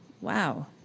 Wow